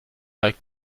like